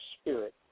spirit